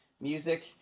Music